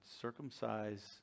circumcise